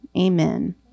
amen